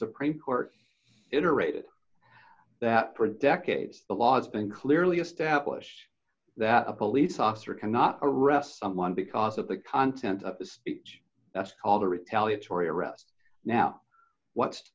supreme court iterated that print decades the laws been clearly established that a police officer cannot arrest someone because of the content of the speech that's called a retaliatory arrest now what